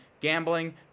Gambling